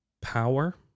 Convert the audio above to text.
Power